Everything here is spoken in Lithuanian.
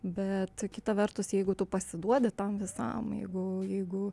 bet kita vertus jeigu tu pasiduodi tam visam jeigu jeigu